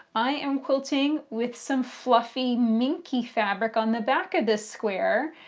i am quilting with some fluffy minky fabric on the back of this square.